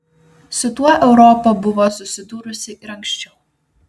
su tuo europa buvo susidūrusi ir anksčiau